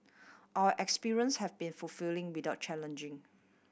our experience has been fulfilling without challenging